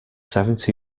seventy